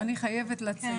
אני חייבת לצאת.